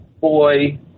boy